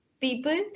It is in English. people